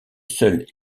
seul